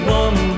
one